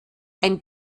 einen